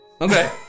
Okay